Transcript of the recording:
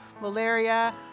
malaria